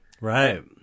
right